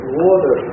water